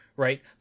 right